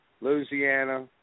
Louisiana